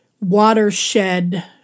watershed